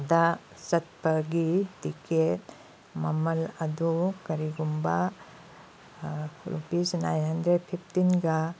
ꯗ ꯆꯠꯄꯒꯤ ꯇꯤꯀꯦꯠ ꯃꯃꯜ ꯑꯗꯨ ꯀꯔꯤꯒꯨꯝꯕ ꯔꯨꯄꯤꯁ ꯅꯥꯏꯟ ꯍꯟꯗ꯭ꯔꯦꯠ ꯐꯤꯞꯇꯤꯟꯒ